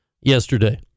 yesterday